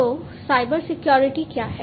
तो cyber security क्या है